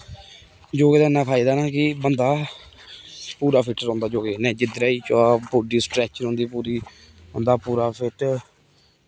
योगे दा इ'न्ना फायदा ऐ ना कि बंदा पूरा फिट रौहंदा योगै कन्नै जिद्धरै गी जा बॉडी स्ट्रैच रौहंदी पूरी बंदा फिट